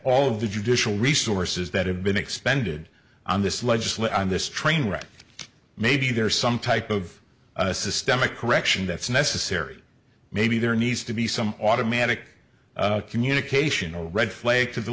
of the judicial resources that have been expended on this legislation on this train wreck maybe there is some type of systemic correction that's necessary maybe there needs to be some automatic communication a red flag t